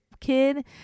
kid